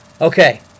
Okay